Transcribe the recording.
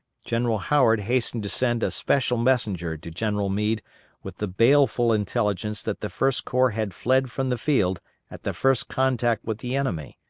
general howard hastened to send a special messenger to general meade with the baleful intelligence that the first corps had fled from the field at the first contact with the enemy,